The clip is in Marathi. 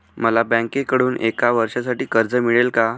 मला बँकेकडून एका वर्षासाठी कर्ज मिळेल का?